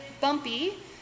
bumpy